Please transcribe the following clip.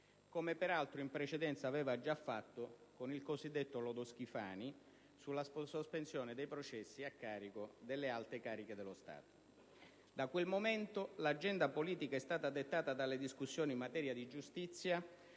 come peraltro in precedenza aveva già fatto con il cosiddetto lodo Schifani sulla sospensione dei processi a carico delle alte cariche dello Stato. Da quel momento l'agenda politica è stata dettata dalle discussioni in materia di giustizia,